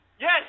Yes